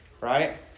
right